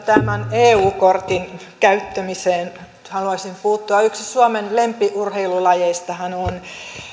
tämän eu kortin käyttämiseen haluaisin puuttua yksi suomen lempiurheilulajeistahan on